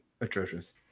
atrocious